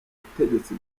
butegetsi